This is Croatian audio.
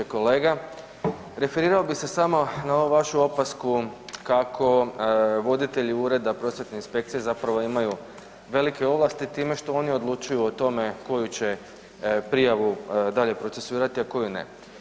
Kolega referirao bih se samo na ovu vašu opasku kako voditelji ureda prosvjetne inspekcije zapravo imaju velike ovlasti time što oni odlučuju o tome koju će prijavu dalje procesuirati, a koju ne.